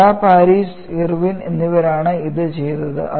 ടഡ Paris Irwin എന്നിവരാണ് ഇത് ചെയ്തത്